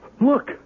Look